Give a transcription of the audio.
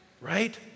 Right